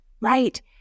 Right